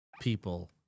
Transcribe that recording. people